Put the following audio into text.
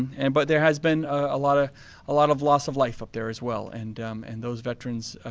and but there has been a lot of ah lot of loss of life up there as well, and um and those veterans,